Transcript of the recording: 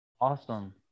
Awesome